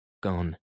gone